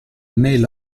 mail